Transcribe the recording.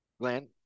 Glenn